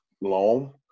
long